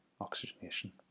oxygenation